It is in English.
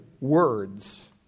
words